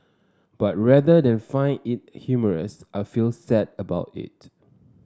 but rather than find it humorous I feel sad about it